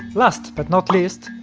last but not least,